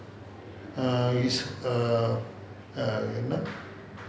err his err